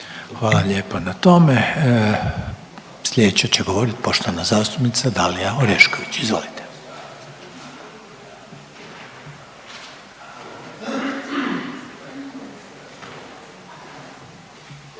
Hvala lijepa na tome. Sljedeća će govoriti poštovana zastupnica Dalija Orešković, izvolite.